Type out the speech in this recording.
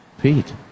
Pete